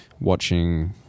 watching